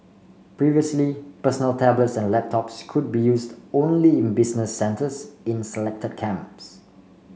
previously personal tablets and laptops could be used only in business centres in selected camps